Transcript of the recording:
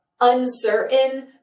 uncertain